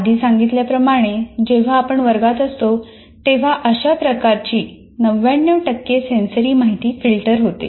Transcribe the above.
आधी सांगितल्याप्रमाणे जेव्हा आपण वर्गात असतो तेव्हा अशा प्रकारची 99 टक्के सेन्सरी माहिती फिल्टर होते